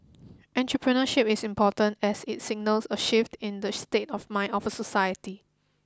entrepreneurship is important as it signals a shift in the state of mind of a society